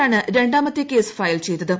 ആണ് രണ്ടാമത്തെ case file ചെയ്തത്